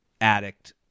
addict